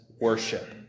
worship